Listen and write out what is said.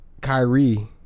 Kyrie